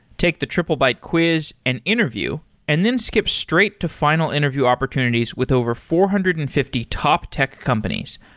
take the triplebyte quiz and interview and then skip straight to final interview opportunities with over four hundred and fifty top tech companies,